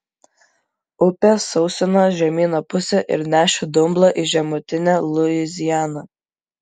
upė sausino žemyno pusę ir nešė dumblą į žemutinę luizianą